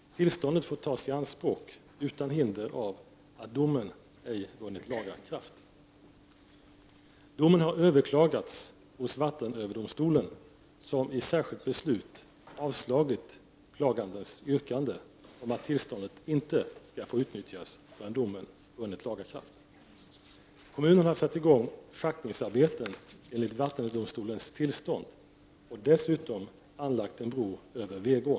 Tillståndet får tas i anspråk utan hinder av att domen ej vunnit laga kraft. —- Domen har överklagats hos vattenöverdomstolen, som i särskilt beslut avslagit klagandens yrkande om att tillståndet inte skall få utnyttjas förrän domen vunnit laga kraft. —- Kommunen har satt i gång schaktningsarbeten enligt vattendomstolens tillstånd och dessutom anlagt en bro över Vegån.